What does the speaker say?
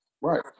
Right